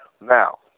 Now